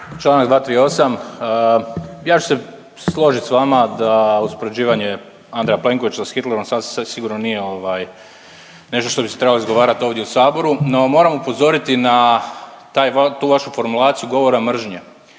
Čl. 238., ja ću se složit s vama da uspoređivanje Andreja Plenkovića s Hitlerom sasvim sigurno nije ovaj nešto što bi se trebalo izgovarat ovdje u saboru. No moram upozoriti na tu vašu formulaciju govora mržnje